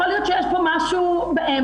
יכול להיות שיש פה משהו באמצע.